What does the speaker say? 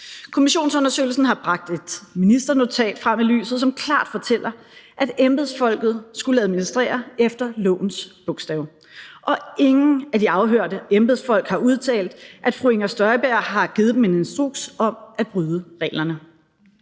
kommissionsundersøgelsen bragt et ministernotat frem i lyset, som klart fortæller, at embedsfolket skulle administrere efter lovens bogstav, og ingen af de afhørte embedsfolk har udtalt, at fru Inger Støjberg har givet dem en instruks om at bryde reglerne.